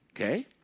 Okay